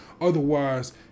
otherwise